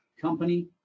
company